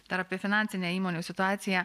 dar apie finansinę įmonių situaciją